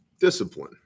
discipline